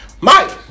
Mike